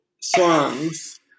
songs